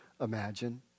imagine